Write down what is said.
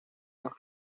los